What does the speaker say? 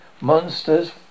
Monsters